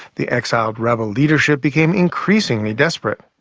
the exiled rebel leadership became increasingly desperate.